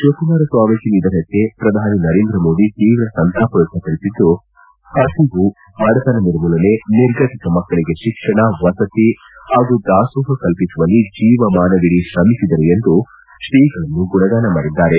ಶಿವಕುಮಾರ ಸ್ವಾಮೀಜಿ ನಿಧನಕ್ಕೆ ಪ್ರಧಾನಿ ನರೇಂದ್ರ ಮೋದಿ ತೀವ್ರ ಸಂತಾಪ ವ್ಯಕ್ತಪಡಿಸಿದ್ದು ಪಸಿವು ಬಡತನ ನಿರ್ಮೂಲನೆ ನಿರ್ಗತಿಕ ಮಕ್ಕಳಿಗೆ ಶಿಕ್ಷಣ ವಸತಿ ಹಾಗೂ ದಾಸೋಹ ಕಲ್ಪಿಸುವಲ್ಲಿ ಜೀವಮಾನವಿಡೀ ಶ್ರಮಿಸಿದರು ಎಂದು ಗುಣಗಾನ ಮಾಡಿದ್ದಾರೆ